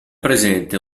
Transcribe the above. presente